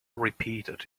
repeated